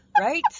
right